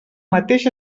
mateix